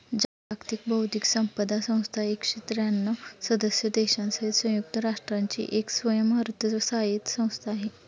जागतिक बौद्धिक संपदा संस्था एकशे त्र्यांणव सदस्य देशांसहित संयुक्त राष्ट्रांची एक स्वयंअर्थसहाय्यित संस्था आहे